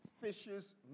Fishes